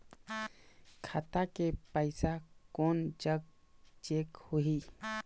खाता के पैसा कोन जग चेक होही?